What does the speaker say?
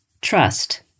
trust